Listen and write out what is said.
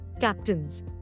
captains